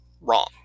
wrong